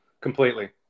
completely